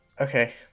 okay